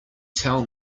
tell